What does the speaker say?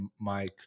Mike